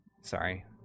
Sorry